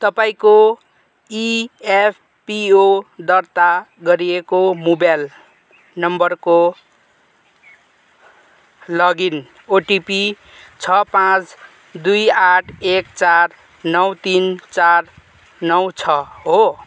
तपाईँँको इएफपिओ दर्ता गरिएको मोबाइल नम्बरको लगइन ओटिपी छ पाँच दुई आठ एक चार नौ तिन चार नौ छ हो